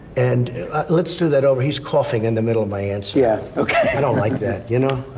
and let's do that over. he's coughing in the middle of my answer yeah. ok i don't like that, you know?